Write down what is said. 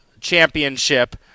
championship